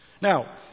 Now